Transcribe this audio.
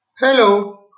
Hello